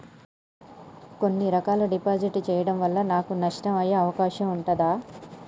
కొన్ని రకాల డిపాజిట్ చెయ్యడం వల్ల నాకు నష్టం అయ్యే అవకాశం ఉంటదా?